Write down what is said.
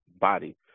body